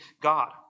God